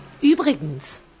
Übrigens